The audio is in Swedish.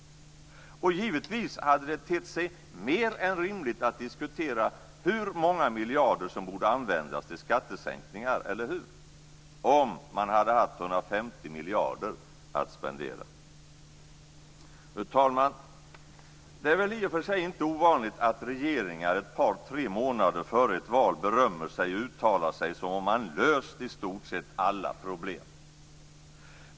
Och givetvis hade det tett sig mer än rimligt att diskutera hur många miljarder som borde användas till skattesänkningar - eller hur? - om man hade haft 150 miljarder att spendera. Fru talman! Det är väl i och för sig inte ovanligt att regeringar ett par tre månader före ett val berömmer sig och uttalar sig som om man löst i stort sett alla problem.